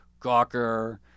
Gawker